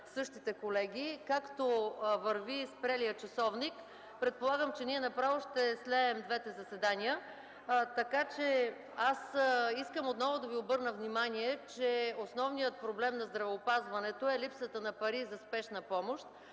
същите колеги. Както върви спрелият часовник, предполагам, че ние направо ще слеем двете заседания. Искам отново да ви обърна внимание, че основният проблем на здравеопазването е липсата на пари за „Спешна помощ”.